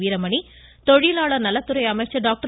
வீரமணி தொழிலாளர் நலத்துறை அமைச்சர் டாக்டர்